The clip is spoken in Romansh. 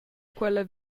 quella